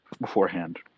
beforehand